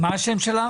מה השם שלך?